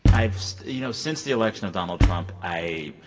i've you know, since the election of donald trump, i,